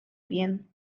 bien